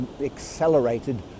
accelerated